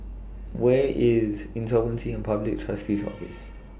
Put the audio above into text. Where IS Insolvency and Public Trustee's Office